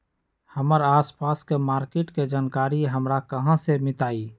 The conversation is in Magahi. हमर आसपास के मार्किट के जानकारी हमरा कहाँ से मिताई?